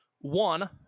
one